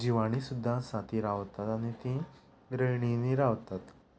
जिवाणीं सुद्दां आसात तीं रावतात आनी तीं रोयणींनी रावतात